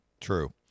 True